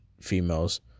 females